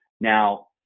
Now